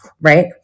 right